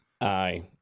Aye